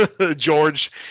george